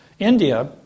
India